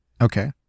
Okay